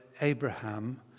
Abraham